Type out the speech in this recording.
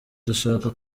dushaka